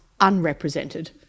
unrepresented